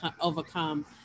overcome